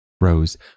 Rose